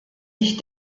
ich